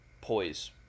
poise